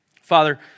Father